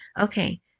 Okay